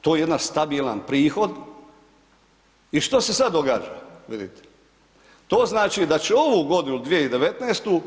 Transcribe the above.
To je jedna stabilan prihod i što se sad događa, vidite to znači da ovu godinu 2019.